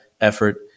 Effort